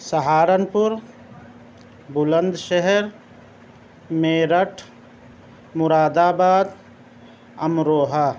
Saharanpur Bulandshahr Meerut Moradabad Amroha